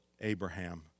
Abraham